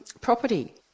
property